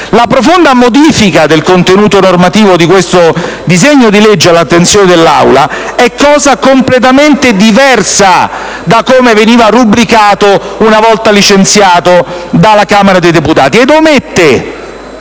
La profonda modifica del contenuto normativo di questo disegno di legge all'attenzione dell'Aula è cosa completamente diversa da come veniva rubricato una volta licenziato dalla Camera dei deputati. Lei,